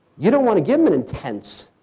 you don't want to give them an intense,